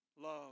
Love